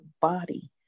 body